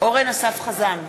אורן אסף חזן,